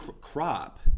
crop